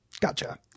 Gotcha